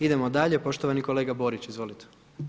Idemo dalje, poštovani kolega Borić, izvolite.